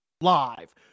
live